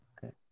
Okay